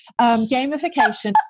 gamification